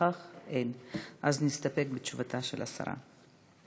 אז נסתפק בתשובתה של השרה.